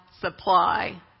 supply